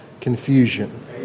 confusion